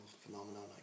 phenomenon